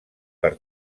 per